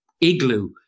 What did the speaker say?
igloo